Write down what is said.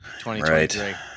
2023